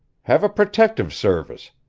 have a protective service,